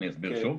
אני אסביר שוב.